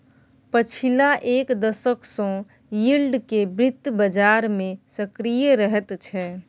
पछिला एक दशक सँ यील्ड केँ बित्त बजार मे सक्रिय रहैत छै